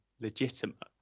legitimate